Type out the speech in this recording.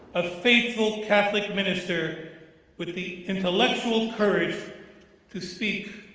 a faithful catholic minister with the intellectual courage to speak,